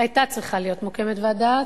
היתה צריכה להיות מוקמת ועדה.